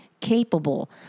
capable